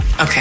Okay